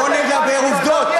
בואו נדבר עובדות.